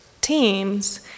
team's